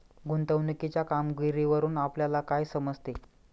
गुंतवणुकीच्या कामगिरीवरून आपल्याला काय समजते?